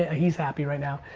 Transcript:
ah he's happy right now.